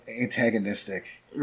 antagonistic